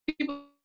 People